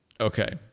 Okay